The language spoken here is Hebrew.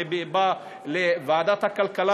זה בא לוועדת הכלכלה,